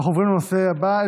אנחנו עוברים לנושא הבא,